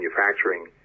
manufacturing